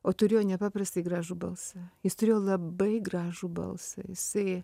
o turėjo nepaprastai gražų balsą jis turėjo labai gražų balsą jisai